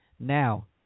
Now